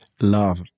Love